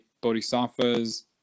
bodhisattvas